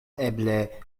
eble